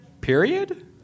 period